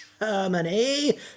Germany